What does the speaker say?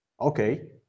Okay